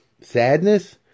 sadness